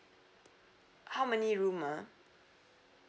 how many room ah